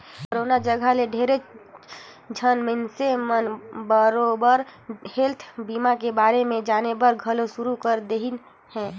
corona जघा ले ढेरेच झन मइनसे मन बरोबर हेल्थ बीमा के बारे मे जानेबर घलो शुरू कर देहिन हें